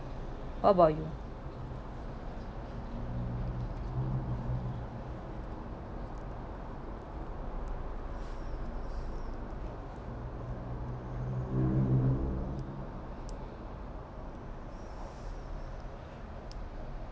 what about you